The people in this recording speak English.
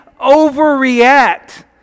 overreact